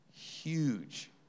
huge